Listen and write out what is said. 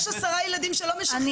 יש עשרה ילדים שלא משחררים אותם.